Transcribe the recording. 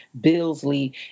Billsley